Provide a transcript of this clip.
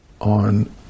on